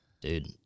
dude